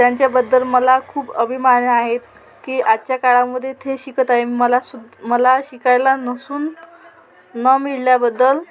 त्यांच्याबद्दल मला खूप अभिमान आहे की आजच्या काळामध्ये ते शिकत आहे मला सु मला शिकायला नसून न मिळाल्याबद्दल